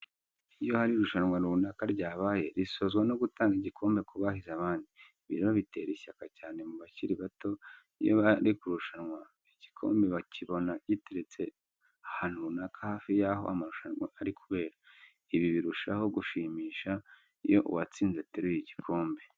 Iyo hari irushanwa runaka ryabaye risozwa no gutanga igikombe ku bahize abandi. Ibi rero bitera ishyaka cyane mu bakiri bato iyo bari kurushanwa igikombe bakibona giteretse ahantu runaka hafi yaho amarushanwa ari kubera. Ibi birushaho gushimisha iyo uwatsinze ateruye igikombe.